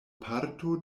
parto